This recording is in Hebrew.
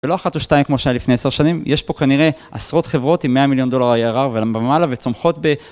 ולא אחת או שתיים כמו שהיה לפני עשר שנים, יש פה כנראה עשרות חברות עם 100 מיליון דולר ARR ומעלה וצומחות ב...